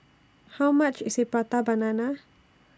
How much IS Prata Banana